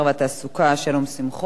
יש לנו בקשות לעמדה נוספת.